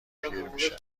پیرمیشه